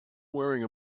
wearing